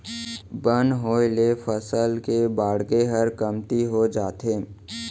बन होय ले फसल के बाड़गे हर कमती हो जाथे